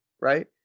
right